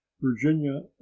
Virginia